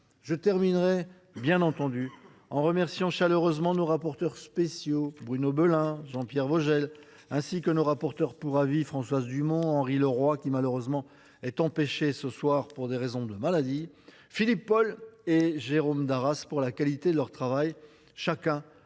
Je terminerai en remerciant chaleureusement nos rapporteurs spéciaux, Bruno Belin et Jean Pierre Vogel, ainsi que nos rapporteurs pour avis, Françoise Dumont, Henri Leroy, malheureusement empêché ce soir pour des raisons de santé, Philippe Paul et Jérôme Darras, de la qualité de leur travail. Chacun a su